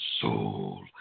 soul